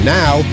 now